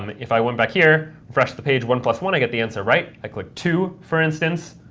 um if i went back here, refresh the page, one plus one, i get the answer right. i click two, for instance.